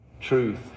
Truth